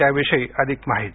त्याविषयी अधिक माहिती